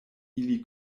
ili